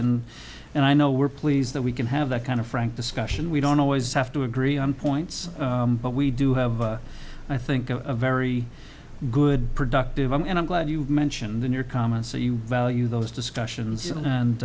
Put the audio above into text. and and i know we're pleased that we can have that kind of frank discussion we don't always have to agree on points but we do have i think a very good productive and i'm glad you mentioned in your comments so you value those discussions and